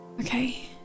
Okay